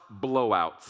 blowouts